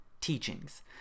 teachings